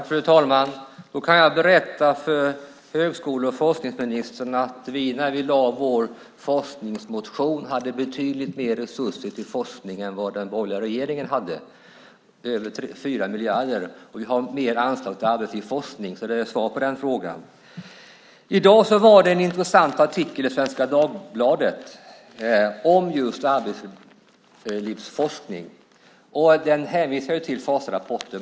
Fru talman! Jag kan berätta för högskole och forskningsministern att vi när vi lade fram vår forskningsmotion hade betydligt mer resurser till forskning än den borgerliga regeringen hade. Det var över 4 miljarder. Vi har mer anslag till arbetslivsforskning. Det är svaret på den frågan. I dag var det en intressant artikel i Svenska Dagbladet om just arbetslivsforskning. I artikeln hänvisas till FAS-rapporten.